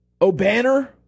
O'Banner